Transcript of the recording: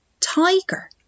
Tiger